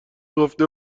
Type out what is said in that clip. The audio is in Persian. گفته